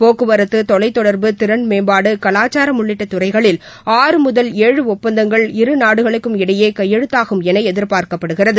போக்குவரத்து தொலைத்தொடர்பு திறன் மேம்பாடு கலாச்சாரம் உள்ளிட்ட துறைகளில் ஆறு முதல் ஏழு ஒப்பந்தங்கள் இரு நாடுகளுக்கும் இடையே கையெழுத்தாகும் என எதிர்பார்க்கப்படுகிறது